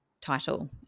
title